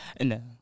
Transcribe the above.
no